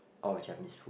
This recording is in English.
all Japanese food